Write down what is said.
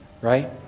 right